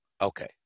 Okay